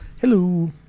Hello